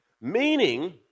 Meaning